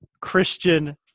Christian